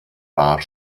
war